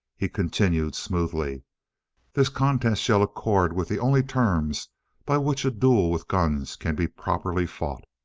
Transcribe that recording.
he continued smoothly this contest shall accord with the only terms by which a duel with guns can be properly fought.